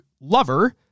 lover